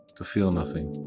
to feel nothing,